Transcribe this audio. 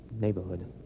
neighborhood